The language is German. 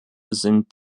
sind